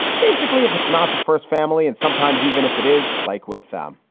basically, if it's not the first family and sometimes even if it is like with them,